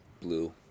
Blue